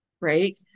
right